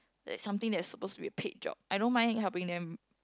that's something that's supposed to be a paid job I don't mind helping them